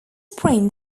print